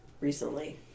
recently